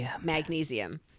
magnesium